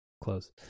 close